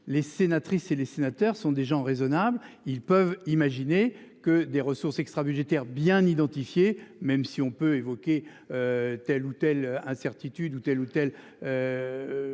les sénatrices et les sénateurs sont des gens raisonnables, ils peuvent imaginer que des ressources extra-budgétaires bien identifié. Même si on peut évoquer. Telle ou telle incertitude ou telle ou telle.